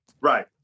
Right